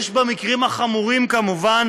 יש במקרים החמורים כמובן